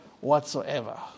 whatsoever